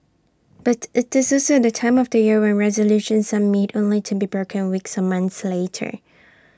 but IT is also the time of year when resolutions are made only to be broken A weeks or months later